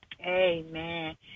Amen